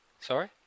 Sorry